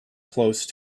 close